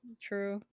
True